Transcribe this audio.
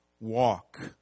walk